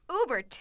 Uber